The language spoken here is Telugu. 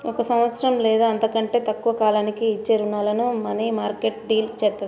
ఒక సంవత్సరం లేదా అంతకంటే తక్కువ కాలానికి ఇచ్చే రుణాలను మనీమార్కెట్ డీల్ చేత్తది